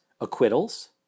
acquittals